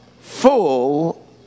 full